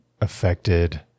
affected